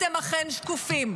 אתם אכן שקופים.